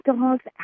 dogs